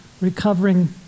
recovering